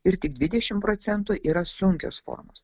ir tik dvidešimt procentų yra sunkios formos